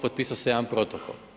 Potpisao se jedan protokol.